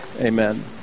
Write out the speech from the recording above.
Amen